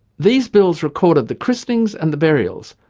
these bills recorded the christenings and the burials,